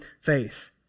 faith